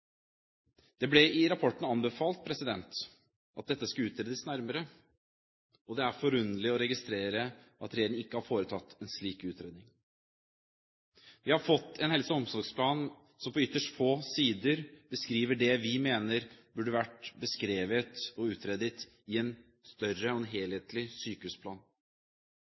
Det ble i rapporten anbefalt at dette skulle utredes nærmere. Det er forunderlig å registrere at regjeringen ikke har foretatt en slik utredning. Vi har fått en helse- og omsorgsplan som på ytterst få sider beskriver det vi mener burde vært beskrevet og utredet i en større og helhetlig sykehusplan.